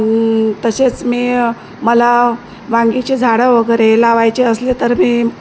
तसेच मी मला वांगीची झाडं वगैरे लावायची असली तर मी